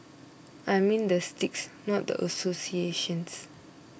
I mean the sticks not the associations